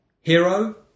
hero